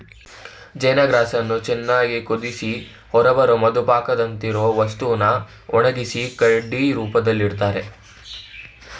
ಚೈನ ಗ್ರಾಸನ್ನು ಚೆನ್ನಾಗ್ ಕುದ್ಸಿ ಹೊರಬರೋ ಮೆತುಪಾಕದಂತಿರೊ ವಸ್ತುನ ಒಣಗ್ಸಿ ಕಡ್ಡಿ ರೂಪ್ದಲ್ಲಿಡ್ತರೆ